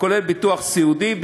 הכולל ביטוח סיעודי,